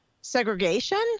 segregation